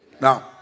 Now